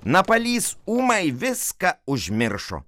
napalys ūmai viską užmiršo